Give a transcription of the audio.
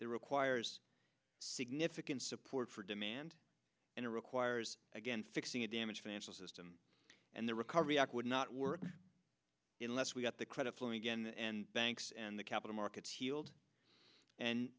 it requires significant support for demand and it requires again fixing a damaged financial system and the recovery act would not work in less we got the credit flowing again and banks and the capital markets healed and